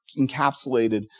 encapsulated